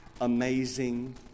amazing